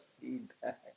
feedback